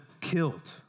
killed